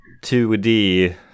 2D